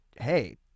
hey